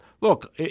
look